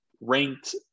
ranked